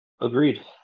Agreed